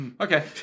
Okay